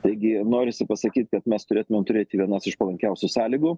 taigi norisi pasakyt kad mes turėtumėm turėt vienas iš palankiausių sąlygų